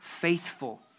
faithful